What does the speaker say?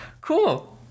cool